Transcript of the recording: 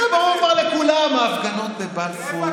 זה ברור כבר לכולם: ההפגנות בבלפור,